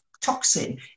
toxin